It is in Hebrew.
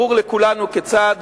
ברור לכולנו כיצד